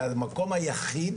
זה המקום היחיד,